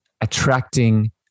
attracting